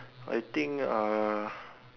I think uh